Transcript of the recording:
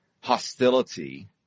hostility